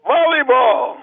Volleyball